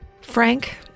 Frank